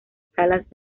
salas